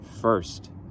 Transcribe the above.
first